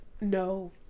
No